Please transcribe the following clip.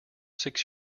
six